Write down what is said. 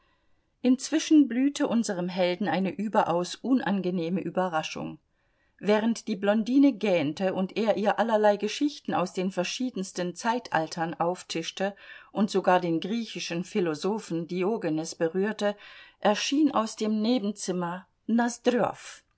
inzwischen blühte unserem helden eine überaus unangenehme überraschung während die blondine gähnte und er ihr allerlei geschichten aus den verschiedensten zeitaltern auftischte und sogar den griechischen philosophen diogenes berührte erschien aus dem nebenzimmer